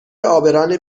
عابران